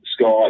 sky